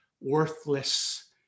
worthless